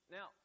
Now